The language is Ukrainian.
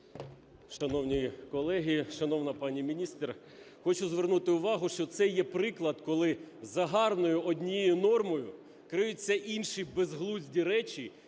Шановні колеги, шановна пані міністр, хочу звернути увагу, що це є приклад, коли за гарною однією нормою криються інші безглузді речі,